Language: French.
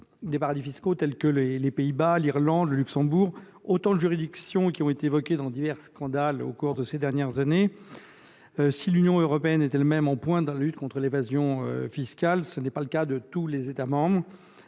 européens tels que les Pays-Bas, l'Irlande ou le Luxembourg. Ces juridictions ont en effet été évoquées dans divers scandales au cours de ces dernières années. Si l'Union européenne est elle-même en pointe dans la lutte contre l'évasion fiscale, ce n'est pas le cas de tous ses membres.